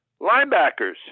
linebackers